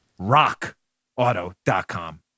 RockAuto.com